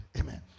Amen